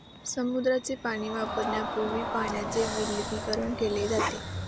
समुद्राचे पाणी वापरण्यापूर्वी पाण्याचे विलवणीकरण केले जाते